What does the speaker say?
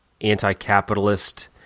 anti-capitalist